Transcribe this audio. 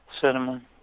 cinnamon